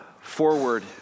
forward